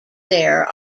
there